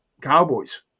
cowboys